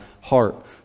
heart